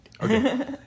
Okay